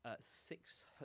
Six